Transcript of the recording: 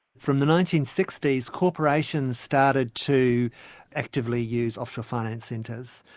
from the nineteen sixty s, corporations started to actively used offshore finance centres.